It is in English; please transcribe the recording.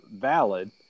Valid